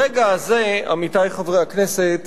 ברגע הזה, עמיתי חברי הכנסת,